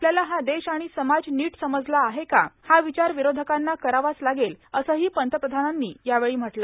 आपल्याला हा देश आणि समाज नीट समजला आहे का हा विचार विरोधकांना करावाच लागेल असंही पंतप्रधानांनी यावेळी म्हटलं